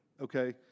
okay